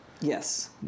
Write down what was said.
Yes